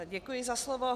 Děkuji za slovo.